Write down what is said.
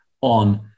on